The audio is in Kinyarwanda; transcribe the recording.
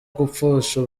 gupfusha